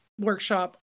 workshop